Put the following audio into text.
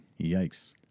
Yikes